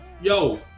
Yo